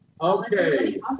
Okay